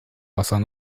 wasser